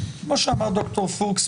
כמו שאמר ד"ר פוקס,